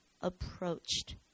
approached